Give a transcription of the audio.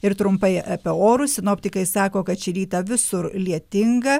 ir trumpai apie orus sinoptikai sako kad šį rytą visur lietinga